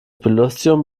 belustigung